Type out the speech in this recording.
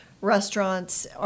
restaurants